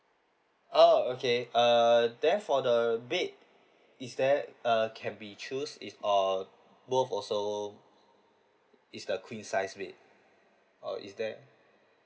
oh okay err then for the bed is that err can be choose is or both also is the queen size bed or is there